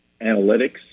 analytics